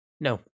No